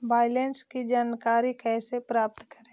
Balance की जानकारी कैसे प्राप्त करे?